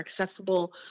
accessible